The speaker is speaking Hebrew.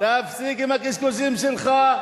תפסיק עם הקשקושים שלך.